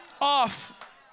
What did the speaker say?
off